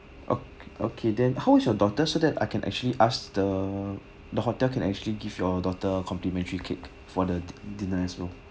o~ okay then how old is your daughter so that I can actually ask the the hotel can actually give your daughter a complimentary cake for the dinner as well